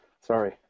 sorry